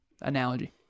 Analogy